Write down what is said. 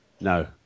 No